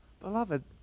Beloved